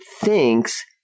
thinks